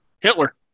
Hitler